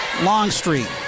Longstreet